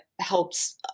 helps